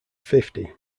fifty